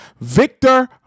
Victor